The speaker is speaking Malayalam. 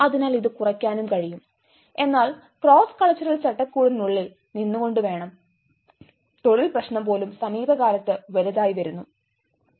അതിനാൽ ഇത് കുറയ്ക്കാനും കഴിയും എന്നാൽ ക്രോസ് കൾച്ചറൽ ചട്ടക്കൂടിനുള്ളിൽ നിന്നുകൊണ്ട് വേണം തൊഴിൽ പ്രശ്നം പോലും സമീപകാലത്ത് വലിയതായി ഉയർന്നുവരുന്നു